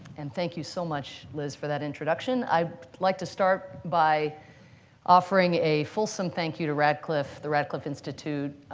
and thank you so much, liz, for that introduction. i'd like to start by offering a fulsome thank you to radcliffe, the radcliffe institute,